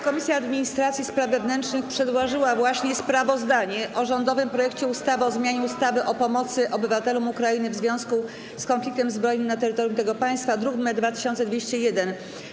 Komisja Administracji i Spraw Wewnętrznych przedłożyła sprawozdanie o rządowym projekcie ustawy o zmianie ustawy o pomocy obywatelom Ukrainy w związku z konfliktem zbrojnym na terytorium tego państwa, druk nr 2201.